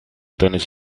denis